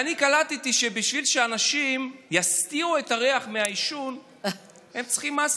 אני קלטתי שבשביל שאנשים יסתירו את הריח מעישון הם צריכים מסטיקים.